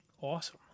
awesome